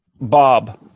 Bob